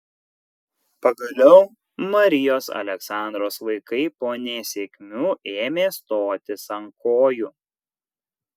pagaliau marijos aleksandros vaikai po nesėkmių ėmė stotis ant kojų